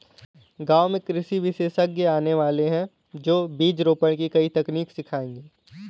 गांव में कृषि विशेषज्ञ आने वाले है, जो बीज रोपण की नई तकनीक सिखाएंगे